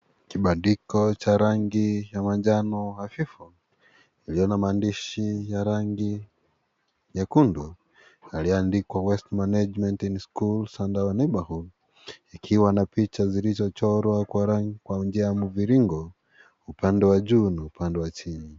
Kibandiko cha rangi ya manjano hafifu. Iliyo na maandishi cha rangi nyekundu, yaliyoandikwa waste management in our school and neighbourhood . Ikiwa na picha zilizochongwa kwa njia ya mviringo, upande wa juu na upande wa chini.